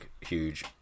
huge